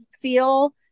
feel